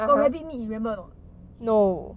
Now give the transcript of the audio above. got rabbit meat you remember or not